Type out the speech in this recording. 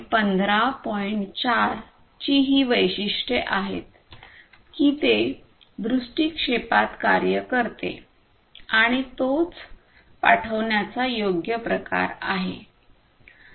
4 ची ही वैशिष्ट्ये आहेत की ते दृष्टीक्षेपात कार्य करते आणि तोच पाठवण्याचा योग्य प्रकार आहे